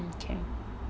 hmm K